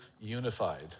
unified